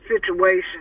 situation